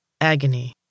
agony